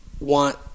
want